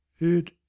It